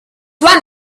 one